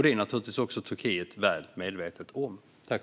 Det är naturligtvis också Turkiet väl medvetet om.